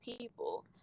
people